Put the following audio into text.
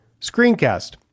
screencast